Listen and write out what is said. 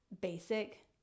basic